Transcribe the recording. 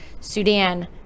Sudan